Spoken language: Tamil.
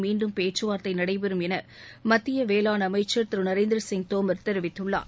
மீண்டும் பேச்சுவார்த்தை நடைபெறும் என மத்திய வேளாண் அமைச்சர் திரு நரேந்திரசிங் தோமர் தெரிவித்துள்ளார்